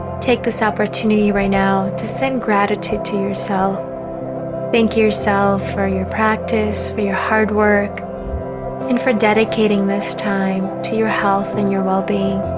take this opportunity right now to send gratitude to yourself so thank yourself for your practice for your hard work and for dedicating this time to your health and your well-being